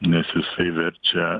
nes jisai verčia